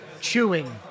chewing